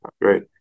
Right